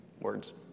words